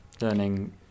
Learning